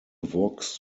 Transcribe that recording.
vox